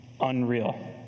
unreal